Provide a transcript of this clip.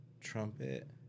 trumpet